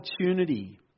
opportunity